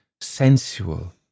sensual